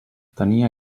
tenia